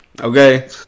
Okay